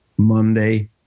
monday